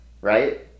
Right